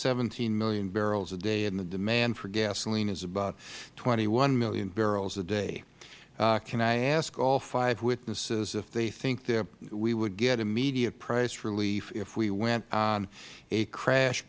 seventeen million barrels a day and the demand for gasoline is about twenty one million barrels a day can i ask all five witnesses if they think that we would get immediate price relief if we went on a crash